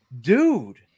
dude